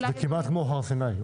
הנחיית יועץ, זה כמעט כמו הר סיני.